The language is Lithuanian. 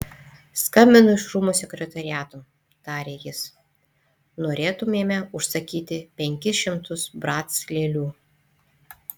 skambinu iš rūmų sekretoriato tarė jis norėtumėme užsisakyti penkis šimtus brac lėlių